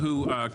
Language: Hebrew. אנחנו מתחילים.